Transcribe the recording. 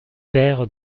père